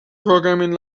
programming